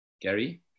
Gary